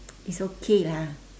it's okay lah